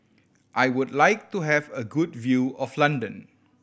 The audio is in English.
I would like to have a good view of London